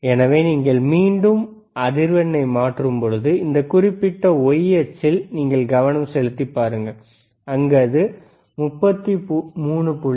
எனவே மீண்டும் நீங்கள் அதிர்வெண்ணை மாற்றும் பொழுது இந்த குறிப்பிட்ட y அச்சில் நீங்கள் கவனம் செலுத்திப் பாருங்கள் அங்கு அது 33